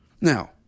Now